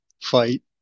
Fight